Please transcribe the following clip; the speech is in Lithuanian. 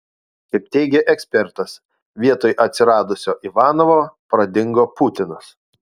kaip teigia ekspertas vietoj atsiradusio ivanovo pradingo putinas